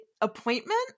appointment